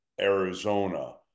Arizona